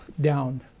down